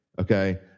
Okay